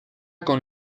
con